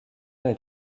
est